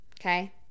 okay